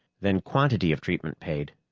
then quantity of treatment paid,